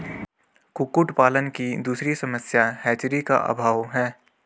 कुक्कुट पालन की दूसरी समस्या हैचरी का अभाव है